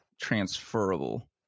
transferable